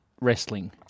wrestling-